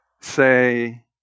say